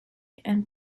and